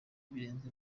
birenze